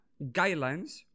guidelines